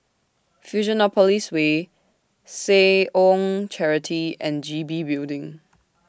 Fusionopolis Way Seh Ong Charity and G B Building